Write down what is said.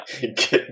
Get